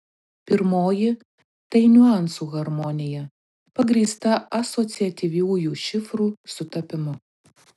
pirmoji tai niuansų harmonija pagrįsta asociatyviųjų šifrų sutapimu